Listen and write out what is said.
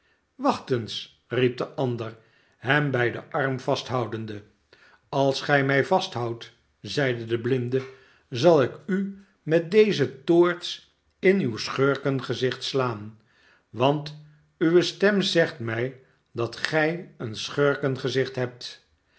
eens riep de ander hem bij den arm vasthoudende a als gij mij vasthoudt zeide de blinde zal ik u met deze toorts in uw schurkengezicht slaan want uwe stem zegt mij dat gij een schurkengezicht hebt